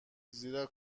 زیرا